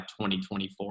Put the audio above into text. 2024